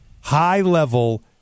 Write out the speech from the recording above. high-level